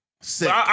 Sick